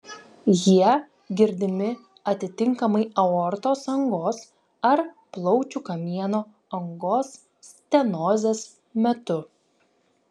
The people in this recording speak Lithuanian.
jie girdimi atitinkamai aortos angos ar plaučių kamieno angos stenozės metu